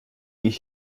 ich